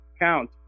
count